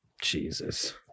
Jesus